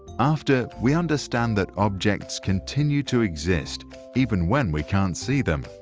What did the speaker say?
after we understand that objects continue to exist even when we can't see them.